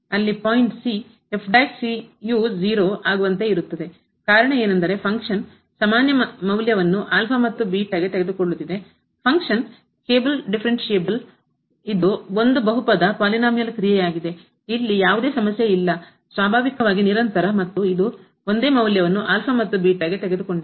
ಅಲ್ಲಿ ಪಾಯಿಂಟ್ 0 ಆಗುವಂತೆ ಇರುತ್ತದೆ ಕಾರಣ ಏನೆಂದರೆ ಫಂಕ್ಷನ್ ಸಮಾನ ಮೌಲ್ಯವನ್ನು ಮತ್ತು ಗೆ ತೆಗೆದುಕೊಳ್ಳುತ್ತಿದೆ ಫಂಕ್ಷನ್ ಕಾರ್ಯ ಕೇಬಲ್ ಡಿಫರೆನ್ಷಿಯಬಲ್ ಇದು ಒಂದು ಬಹುಪದ ಕ್ರಿಯೆ ಯಾಗಿದೆ ಇಲ್ಲಿ ಯಾವುದೇ ಸಮಸ್ಯೆ ಇಲ್ಲ ಸ್ವಾಭಾವಿಕವಾಗಿ ನಿರಂತರ ಮತ್ತು ಇದು ಒಂದೇ ಮೌಲ್ಯವನ್ನು ಮತ್ತು ಗೆ ತೆಗೆದುಕೊಂಡಿದೆ